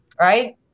Right